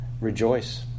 rejoice